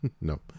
No